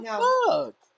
fuck